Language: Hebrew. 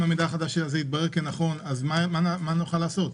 המידע החדש יתברר כנכון אז מה נוכל לעשות?